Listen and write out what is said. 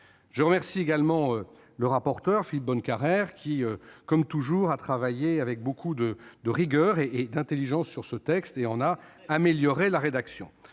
Je remercie également le rapporteur, Philippe Bonnecarrère, qui, comme toujours, a travaillé avec beaucoup de rigueur et d'intelligence sur ce texte ... C'est très vrai